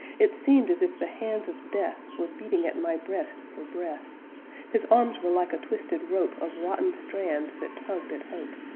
it seemed as if the hands of death were beating at my breast for breath his arms were like a twisted rope of rotten strands that tugged at hope.